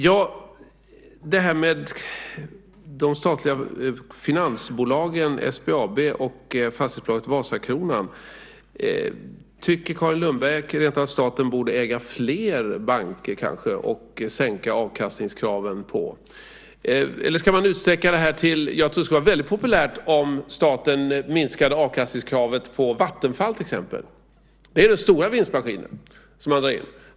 När det gäller de statliga finansbolagen SPAB och fastighetsbolaget Wasakronan, tycker Carin Lundberg rent av att staten borde äga fler banker och sänka avkastningskraven på dem? Eller ska man utsträcka detta till ett minskat avkastningskrav på Vattenfall, vilket skulle vara väldigt populärt? Vattenfall är ju den stora vinstmaskinen.